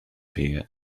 here